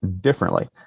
differently